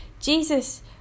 Jesus